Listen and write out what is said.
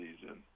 season